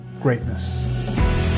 greatness